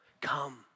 come